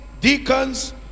deacons